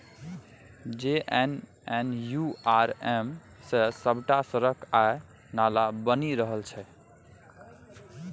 JNNURM सँ सभटा सड़क आ नाला बनि रहल छै